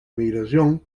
migración